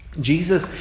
Jesus